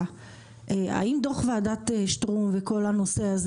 האם דוח ועדת שטרום וכל הנושא הזה